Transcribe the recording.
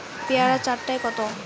পেয়ারা চার টায় কত?